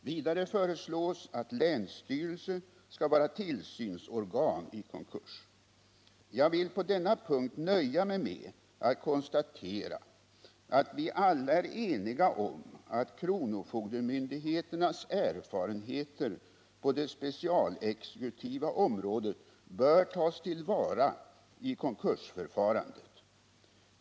Vidare föreslås att länsstyrelse skall vara tillsynsorgan i konkurs. Jag vill på denna punkt nöja mig med att konstatera att vi alla är eniga om att kronofogdemyndigheternas erfarenheter på det specialexekutiva området bör tas till vara i konkursförfarandet.